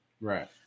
Right